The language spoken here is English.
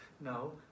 No